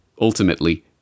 ultimately